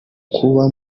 kuba